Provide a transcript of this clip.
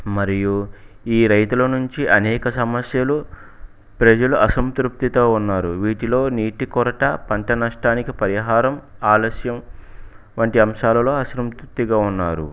మరియు ఈ రైతుల నుంచి అనేక సమస్యలు ప్రజలు అసంతృప్తితో ఉన్నారు వీటిలో నీటి కొరత పంట నష్టానికి పరిహారం ఆలస్యం వంటి అంశాలలో అసంతృప్తిగా ఉన్నారు